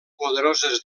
poderoses